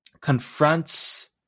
confronts